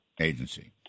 agency